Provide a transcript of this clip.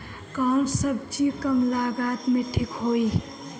कौन सबजी कम लागत मे ठिक होई?